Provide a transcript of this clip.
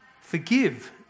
Forgive